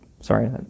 Sorry